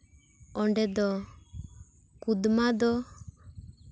ᱚᱸᱰᱮ ᱫᱚ ᱠᱚᱫᱢᱟ ᱫᱚ